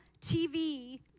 TV